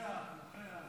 נוכח, נוכח.